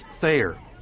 Thayer